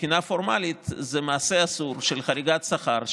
מבחינה פורמלית זה מעשה אסור של חריגת שכר,